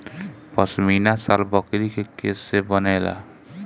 पश्मीना शाल बकरी के केश से बनेला